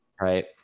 right